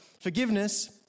Forgiveness